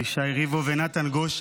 יש שיר של ישי ריבו ונתן גושן